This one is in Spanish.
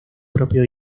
propio